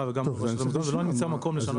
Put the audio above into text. וגם ברשויות המקומיות ולא נמצא מקום לשנות.